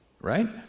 right